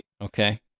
Okay